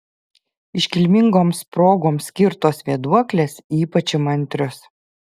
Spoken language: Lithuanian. iškilmingoms progoms skirtos vėduoklės ypač įmantrios